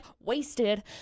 wasted